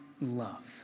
love